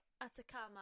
Atacama